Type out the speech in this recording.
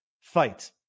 fight